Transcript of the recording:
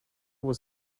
was